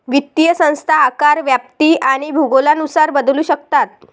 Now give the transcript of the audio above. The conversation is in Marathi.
वित्तीय संस्था आकार, व्याप्ती आणि भूगोलानुसार बदलू शकतात